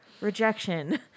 rejection